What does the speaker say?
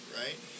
right